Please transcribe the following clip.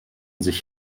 sich